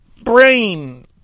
brain